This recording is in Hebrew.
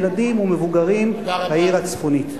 ילדים ומבוגרים בעיר הצפונית.